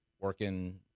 working